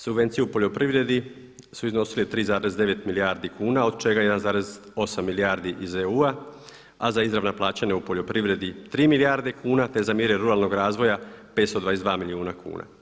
Subvencije u poljoprivredi su iznosile 3,9 milijardi kuna od čega 1,8 milijardi iz EU-a a za izravna plaćanja u poljoprivredi 3 milijarde kuna te za mjere ruralnog razvoja 522 milijuna kuna.